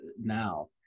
now